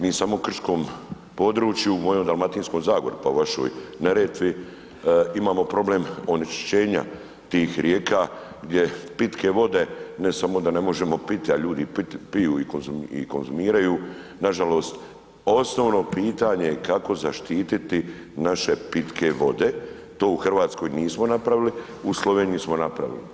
Mi samo u krškom području, u mojoj Dalmatinskoj zagori, pa u vašoj Neretvi, imamo problem onečišćenja tih rijeka gdje pitke vode, ne samo da ne možemo piti, a ljudi i piju i konzumiraju nažalost, osnovno pitanje kako zaštititi naše pitke vode, to u RH nismo napravili, u Sloveniji smo napravili.